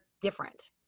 different